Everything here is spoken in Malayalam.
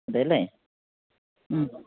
അതെയല്ലേ മ്മ്